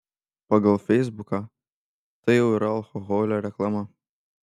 pagal feisbuką tai jau yra alkoholio reklama